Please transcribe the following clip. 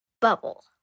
bubble